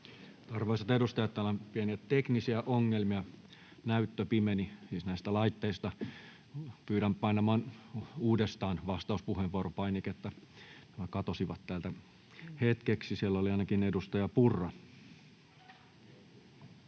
Arvoisat edustajat, täällä on pieniä teknisiä ongelmia. Näyttö pimeni, siis näistä laitteista. Pyydän painamaan uudestaan vastauspuheenvuoropainiketta. Nämä katosivat täältä hetkeksi. — Siellä oli ainakin edustaja Purra. [Speech